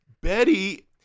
Betty